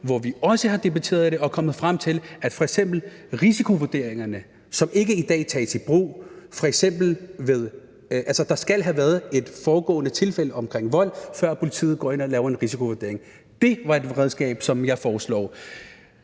hvor vi også har debatteret det, og er kommet frem til, at f.eks. risikovurderingerne ikke tages i brug i dag – altså, der skal have været et foregående tilfælde af vold, før politiet går ind og laver en risikovurdering. Det er det redskab, som jeg foreslår.